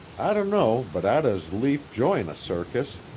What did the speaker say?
i dunno but i'd as lief join a circus,